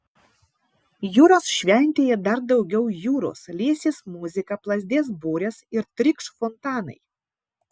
jūros šventėje dar daugiau jūros liesis muzika plazdės burės ir trykš fontanai